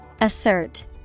Assert